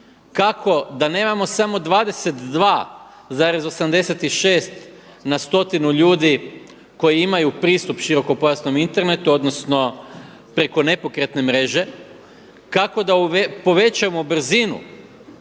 kako, da nemamo samo 22,86 na stotinu ljudi koji imaju pristup širokopojasnom internetu odnosno preko nepokretne mreže, kako da povećamo brzinu,